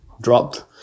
dropped